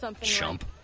chump